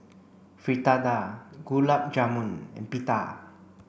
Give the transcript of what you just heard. Fritada Gulab Jamun and Pita